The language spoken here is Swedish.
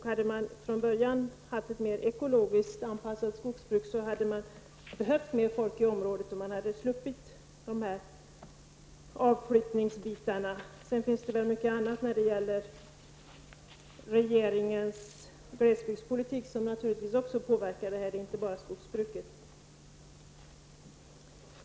Hade man från början haft ett mera ekologiskt anpassat skogsbruk, hade det behövts mer folk i området, och man hade sluppit avfolkningen. Sedan finns det mycket i regeringens glesbygdspolitik som naturligtvis också har inverkat. Det är inte bara skogsbruket.